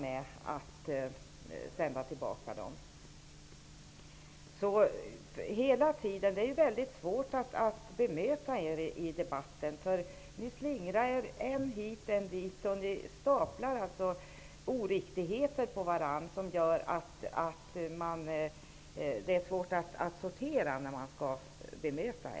Det är hela tiden mycket svårt att bemöta Ny demokrati i denna debatt, eftersom ni i Ny demokrati slingrar er än hit än dit. Ni staplar oriktigheter på varandra, som gör det svårt att sortera argumenten vid ett bemötande.